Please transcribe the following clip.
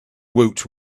woot